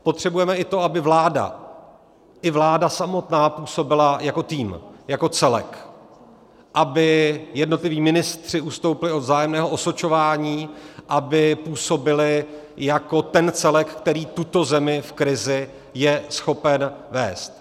Potřebujeme i to, aby vláda, i vláda samotná působila jako tým, jako celek, aby jednotliví ministři ustoupili od vzájemného osočování, aby působili jako ten celek, který tuto zemi v krizi je schopen vést.